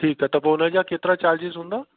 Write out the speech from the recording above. ठीकु आहे त पोइ उन जा केतिरा चार्जिस हूंदा